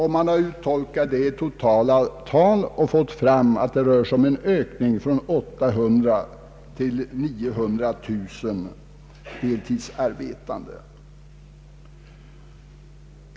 Man har funnit att det totalt kommer att bli en ökning från 800 000 till 900 000 deltidsarbetande.